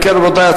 אם כן, רבותי,